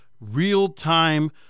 real-time